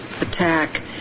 attack